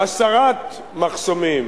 להסרת חסמים,